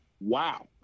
wow